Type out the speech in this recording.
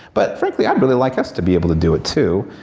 but, frankly, i'd really like us to be able to do it too.